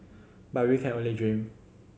but we can only dream